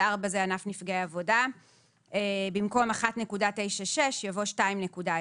במקום "1.96" יבוא "2.06",